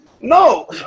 No